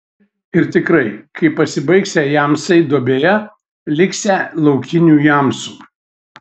ir tikrai kai pasibaigsią jamsai duobėje liksią laukinių jamsų